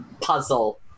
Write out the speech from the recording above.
Puzzle